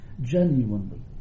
Genuinely